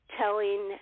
telling